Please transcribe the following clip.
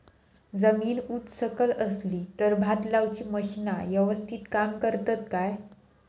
जमीन उच सकल असली तर भात लाऊची मशीना यवस्तीत काम करतत काय?